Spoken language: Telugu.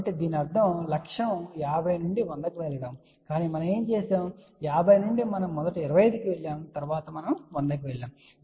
కాబట్టి దీని అర్థం లక్ష్యం 50 నుండి 100 కి వెళ్ళడం కాని మనం ఏమి చేసాము 50 నుండి మనము మొదట 25 Ω కి వెళ్ళాము తరువాత మనము 100 కి వెళ్తాము